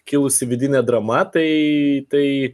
kilusi vidinė drama tai tai